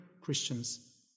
Christians